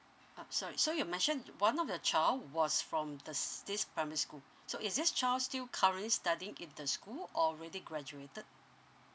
ah sorry so you mentioned you one of your child was from this this primary school so is this child still currently studying in the school or already graduated